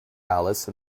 alice